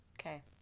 Okay